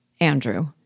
Andrew